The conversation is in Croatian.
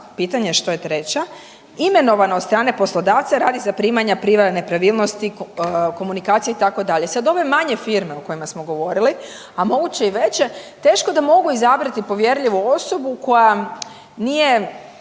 pitanje je što je treća, imenovana od strane poslodavca radi zaprimanja prijave nepravilnosti, komunikacije, itd. Sad ove manje firme o kojima smo govorili, a moguće i veće, teško da mogu izabrati povjerljivu osobu koja nije